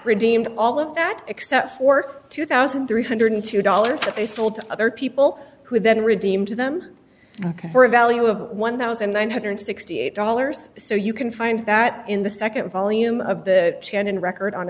redeemed all of that except for two thousand three hundred and two dollars that they sold to other people who then redeemed them for a value of one thousand nine hundred and sixty eight dollars so you can find that in the nd volume of the chandon record on